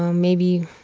um maybe,